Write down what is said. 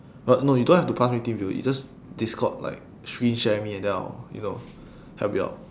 but no you don't have to pass me teamviewer you just discord like screen share me and then I'll you know help you out